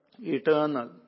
eternal